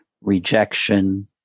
rejection